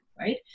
right